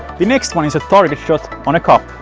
the next one is a target shot on a cup